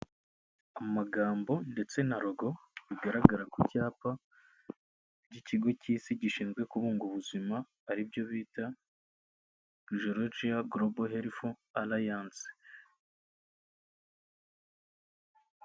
Amagambo ndetse na logo bigaragara ku cyapa cy'ikigo cy'Isi gishinzwe kubunga ubuzima ari byo bita Georgia Global Health Alliance.